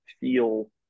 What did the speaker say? feel